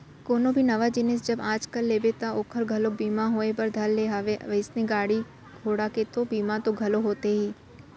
कोनो भी नवा जिनिस जब आज कल लेबे ता ओखरो घलोक बीमा होय बर धर ले हवय वइसने गाड़ी घोड़ा के तो बीमा तो घलौ होथे ही